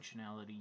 functionality